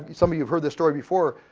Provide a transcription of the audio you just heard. some of you've heard this story before,